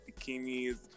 bikinis